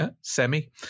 Semi